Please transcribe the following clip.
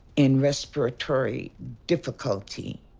in respiratory difficulty,